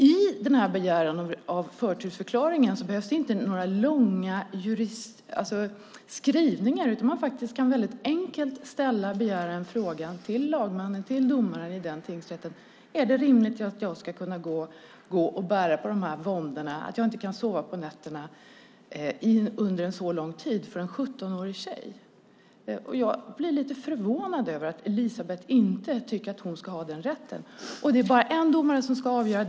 I begäran om förtursförklaring behövs det inte några långa juridiska skrivningar, utan man kan enkelt ställa frågan till lagmannen, domaren, i den tingsrätten: Är det rimligt att jag, en 17-årig tjej, ska gå och bära på dessa våndor och att jag inte kan sova på nätterna under så lång tid? Jag blir lite förvånad över att Elisebeht inte tycker att hon ska ha den rätten. Det är bara en domare som ska avgöra.